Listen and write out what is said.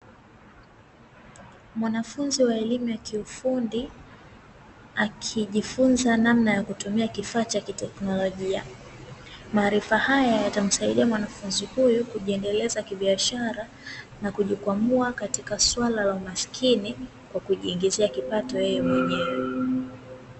Mwanafunzi wa elimu ya kiufundi, akijifunza namna ya kutumia kifaa cha kiteknolojia. Maarifa haya yatamsaidia mwanafunzi huyu kujiendeleza kibiashara na kujikwamua katika suala la umaskini kwa kujiingizia kipato yeye mwenyewe.